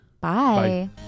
Bye